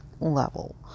level